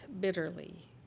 bitterly